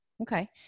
okay